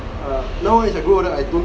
uh now as I grow older I don't